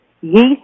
Yeast